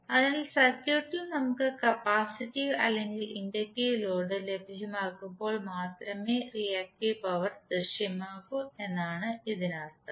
അതിനാൽ സർക്യൂട്ടിൽ നമുക്ക് കപ്പാസിറ്റീവ് അല്ലെങ്കിൽ ഇൻഡക്റ്റീവ് ലോഡ് ലഭ്യമാകുമ്പോൾ മാത്രമേ റിയാക്ടീവ് പവർ ദൃശ്യമാകൂ എന്നാണ് ഇതിനർത്ഥം